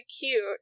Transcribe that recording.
cute